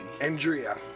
Andrea